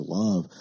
love